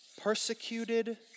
Persecuted